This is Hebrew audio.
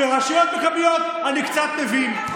ברשויות מקומיות אני קצת מבין.